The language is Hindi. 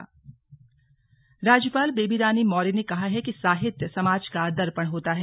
स्लग राज्यपाल राज्यपाल बेबी रानी मौर्य ने कहा है कि साहित्य समाज का दर्पण होता है